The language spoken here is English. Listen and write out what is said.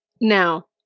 Now